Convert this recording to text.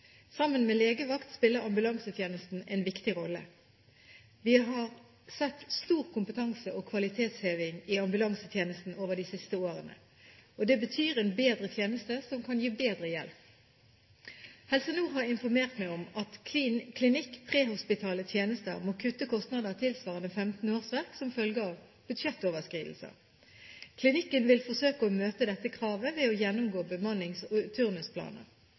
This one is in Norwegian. sammen med legevakt spiller ambulansetjenesten en viktig rolle. Vi har sett stor kompetanse- og kvalitetsheving i ambulansetjenesten over de siste årene, og det betyr en bedre tjeneste, som kan gi bedre hjelp. Helse Nord har informert meg om at Klinikk prehospitale tjenester må kutte kostnader tilsvarende 15 årsverk som følge av budsjettoverskridelser. Klinikken vil forsøke å møte dette kravet ved å gjennomgå bemannings- og turnusplaner.